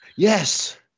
Yes